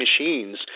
machines